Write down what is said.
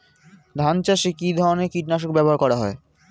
ধান চাষে কী ধরনের কীট নাশক ব্যাবহার করা হয়?